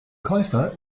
käufer